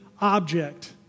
object